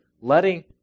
letting